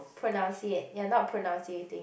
pronunciate you're not pronunciating